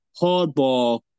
hardball